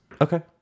Okay